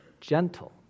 gentle